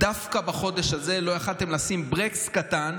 דווקא בחודש הזה לא יכולתם לשים ברקס קטן.